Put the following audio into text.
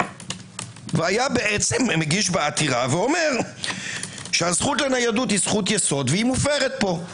והיה אומר שהזכות לניידות היא זכות יסוד ומופרת פה.